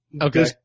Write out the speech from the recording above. Okay